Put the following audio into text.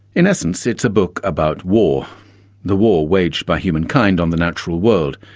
in essence it's a book about war the war waged by humankind on the natural world,